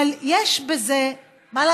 אבל מה לעשות?